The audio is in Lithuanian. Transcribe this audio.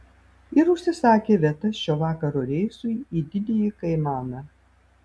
ir užsisakė vietas šio vakaro reisui į didįjį kaimaną